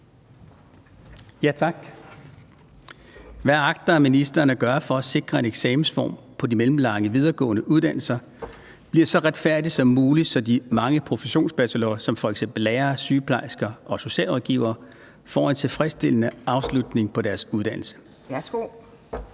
Tak. Hvad agter ministeren at gøre for at sikre en eksamensform på de mellemlange videregående uddannelser, der bliver så retfærdig som mulig, så de mange professionsbachelorer som f.eks. lærere, sygeplejersker og socialrådgivere får en tilfredsstillende afslutning på deres uddannelse?